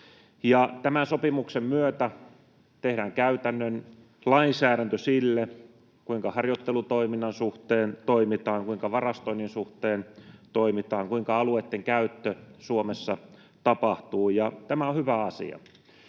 Tämän sopimuksen myötä tehdään käytännön lainsäädäntö sille, kuinka harjoittelutoiminnan suhteen toimitaan, kuinka varastoinnin suhteen toimitaan, kuinka alueitten käyttö Suomessa tapahtuu, ja tämä on hyvä asia.